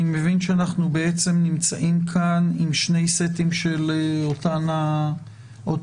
אני מבין שאנחנו נמצאים כאן עם שני סטים של אותן התקנות,